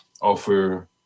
offer